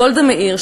גולדה מאיר,